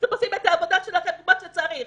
שאתם עושים את העבודה שלכם כמו שצריך.